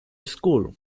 school